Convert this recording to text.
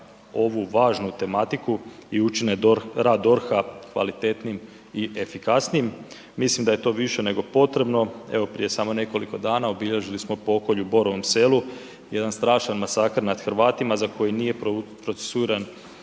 ovu važnu tematiku i učine rad DORH-a kvalitetnijim i efikasnijim, mislim da je to više nego potrebno, evo prije samo nekoliko dana obilježili smo pokolj u Borovom selu, jedan strašan masakr nad Hrvatima za koji nije procesuiran